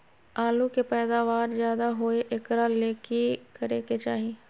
आलु के पैदावार ज्यादा होय एकरा ले की करे के चाही?